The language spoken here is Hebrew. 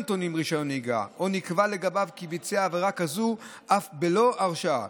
טעונים רישיון נהיגה או שנקבע לגביו כי ביצע עבירה כזו אף בלי הרשעה.